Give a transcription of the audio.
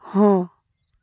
ହଁ